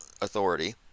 authority